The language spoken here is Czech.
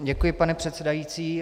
Děkuji, pane předsedající.